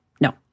no